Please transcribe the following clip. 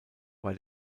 war